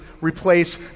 replace